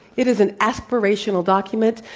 it is an aspirational document,